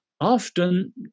often